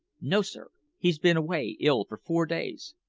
no, sir. he's been away ill for four days.